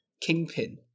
Kingpin